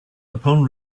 upon